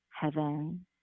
heaven